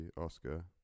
Oscar